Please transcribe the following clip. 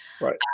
Right